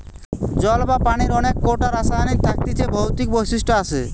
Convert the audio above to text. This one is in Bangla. জল বা পানির অনেক কোটা রাসায়নিক থাকতিছে ভৌতিক বৈশিষ্ট আসে